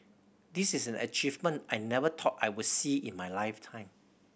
this is an achievement I never thought I would see in my lifetime